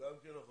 גם נכון,